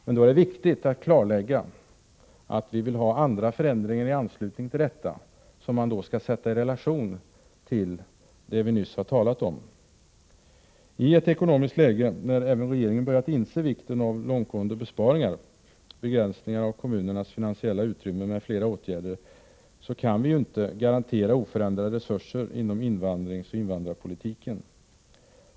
Det är viktigt att det klarläggs att vi även vill få till stånd andra ändringar, som skall sättas i relation till det som vi nyss har talat om. I ett ekonomiskt läge där även regeringen har börjat inse vikten av långtgående besparingar, begränsningar av kommunernas finansiella utrymme m.fl. åtgärder, kan vi inte garantera oförändrade resurser för invandrarpolitiken.